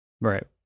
Right